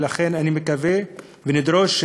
ולכן אני מקווה ונדרוש,